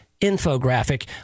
infographic